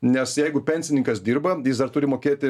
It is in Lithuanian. nes jeigu pensininkas dirba jis dar turi mokėti